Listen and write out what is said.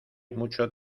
mucho